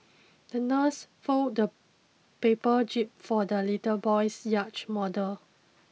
the nurse folded a paper jib for the little boy's yacht model